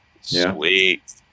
Sweet